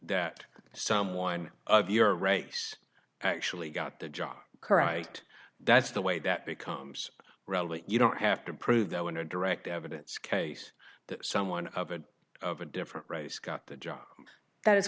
that someone of your race actually got the job correct that's the way that becomes relevant you don't have to prove though in a direct evidence case that someone of a of a different race got the job that is